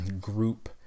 group